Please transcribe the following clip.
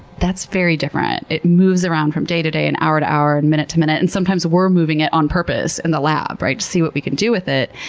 that's very different. it moves around from day to day and hour to hour and minute to minute. and sometimes we're moving it on purpose in the lab to see what we can do with it.